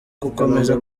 gukomeza